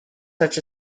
such